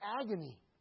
agony